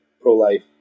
pro-life